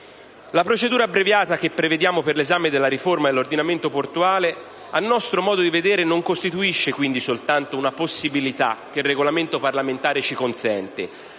la procedura abbreviata che prevediamo per l'esame della riforma dell'ordinamento portuale a nostro modo di vedere non costituisce quindi soltanto una possibilità che il Regolamento parlamentare ci consente,